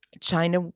China